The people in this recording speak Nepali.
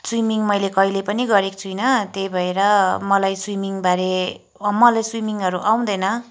स्विमिङ मैले कहिले पनि गरेको छुइनँ त्यही भएर मलाई स्विमिङबारे मलाई स्विमिङहरू आउँदैन